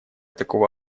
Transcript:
такого